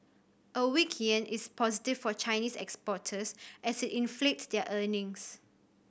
a weak yen is positive for Chinese exporters as inflates their earnings